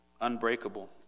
unbreakable